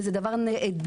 וזה דבר נהדר.